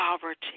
poverty